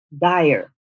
dire